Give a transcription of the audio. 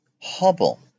Hubble